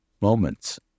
moments